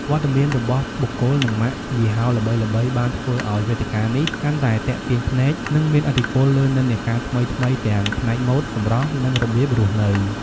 វត្តមានរបស់បុគ្គល និងម៉ាកយីហោល្បីៗ បានធ្វើឱ្យវេទិកានេះកាន់តែទាក់ទាញភ្នែក និងមានឥទ្ធិពលលើនិន្នាការថ្មីៗ ទាំងផ្នែកម៉ូដ សម្រស់ និងរបៀបរស់នៅ។